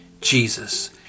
Jesus